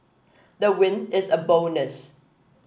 the win is a bonus